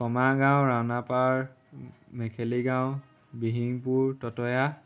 Komargaon Raunapar Mekheligaon Bihimpur Tatoya